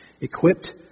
equipped